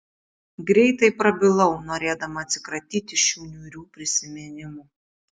greitai prabilau norėdama atsikratyti šių niūrių prisiminimų